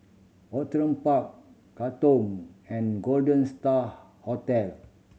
Outram Park Katong and Golden Star Hotel